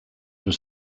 was